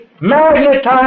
magnetized